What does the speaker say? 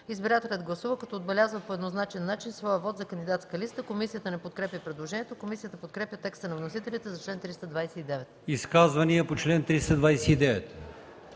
избирателят гласува, като отбелязва по еднозначен начин своя вот за кандидатска листа.” Комисията не подкрепя предложението. Комисията подкрепя текста на вносителите за чл. 329. ПРЕДСЕДАТЕЛ АЛИОСМАН